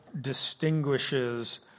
distinguishes